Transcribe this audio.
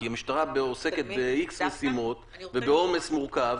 כי היא עוסקת ב-X משימות ובעומס מורכב,